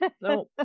no